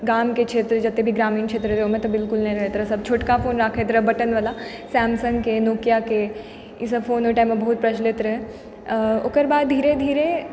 गामके क्षेत्र जते भी ग्रामीण क्षेत्र रहय ओइमे तऽ बिलकुल नहि रहैत रहय सब छोटका फोन रखैत रहय बटनवला सैमसंगके नोकियाके ई सब फोन ओइ टाइममे बहुत प्रचलित रहय ओकरबाद धीरे धीरे